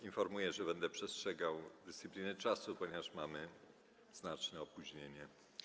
Informuję, że będę przestrzegał dyscypliny czasu, ponieważ mamy znaczne opóźnienie.